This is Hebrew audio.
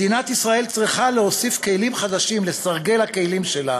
מדינת ישראל צריכה להוסיף כלים חדשים לסרגל הכלים שלה,